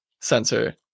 sensor